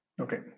Okay